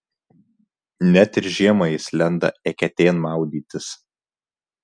net ir žiemą jis lenda eketėn maudytis